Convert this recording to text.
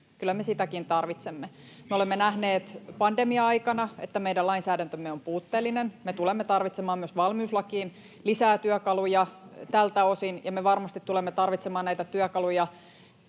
ryhmästä: Milloin?] Me olemme nähneet pandemia-aikana, että meidän lainsäädäntömme on puutteellinen. Me tulemme tarvitsemaan myös valmiuslakiin lisää työkaluja tältä osin, ja me varmasti tulemme tarvitsemaan näitä työkaluja